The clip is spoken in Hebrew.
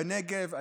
בנגב.